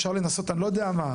אפשר לנסות אני לא יודע מה,